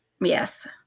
Yes